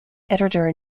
editor